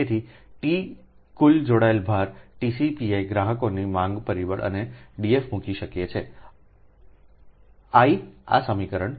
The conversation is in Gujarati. તેથી T કુલ જોડાયેલ ભાર TCPi ગ્રાહકોની માગ પરિબળ અમે DF મૂકી શકો છો i આ સમીકરણ 9 છે